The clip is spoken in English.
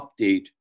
update